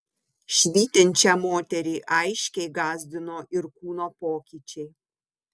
švytinčią moterį aiškiai gąsdino ir kūno pokyčiai